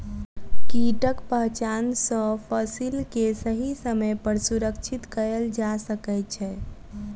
कीटक पहचान सॅ फसिल के सही समय पर सुरक्षित कयल जा सकै छै